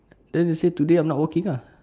then they say today I am not working lah